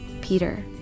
Peter